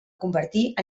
convertir